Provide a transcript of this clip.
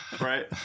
Right